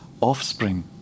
offspring